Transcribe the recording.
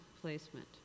placement